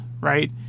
right